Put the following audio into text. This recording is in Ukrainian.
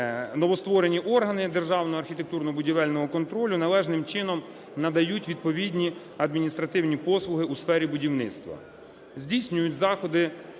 новостворені органи державного архітектурно-будівельного контролю належним чином надають відповідні адміністративні послуги у сфері будівництва, здійснюють заходи